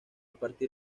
partir